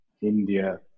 India